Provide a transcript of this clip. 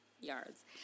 yards